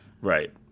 Right